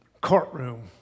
courtroom